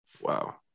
Wow